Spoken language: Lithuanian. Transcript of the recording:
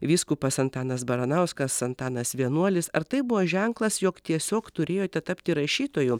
vyskupas antanas baranauskas antanas vienuolis ar tai buvo ženklas jog tiesiog turėjote tapti rašytoju